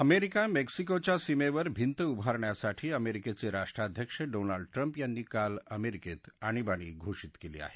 America मेक्सिकोच्या सीमेवर भिंत उभारण्यासाठी अमेरिकेचे राष्ट्राध्यक्ष डोनाल्ड ट्रम्प यांनी काल अमेरिकेत आणीबाणी घोषित केली आहे